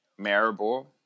Maribor